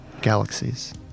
galaxies